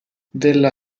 della